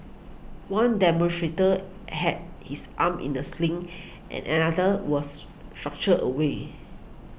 one demonstrator had his arm in the sling and another was structure away